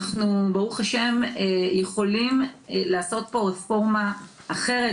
אנחנו יכולים לעשות פה רפורמה אחרת,